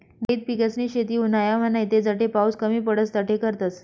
झैद पिकेसनी शेती उन्हायामान नैते जठे पाऊस कमी पडस तठे करतस